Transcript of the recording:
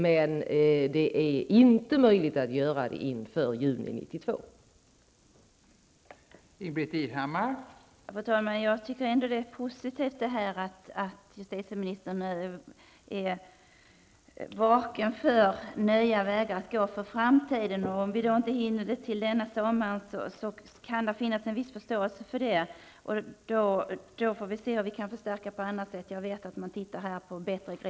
Men det är inte möjligt att göra det inför juni 1992.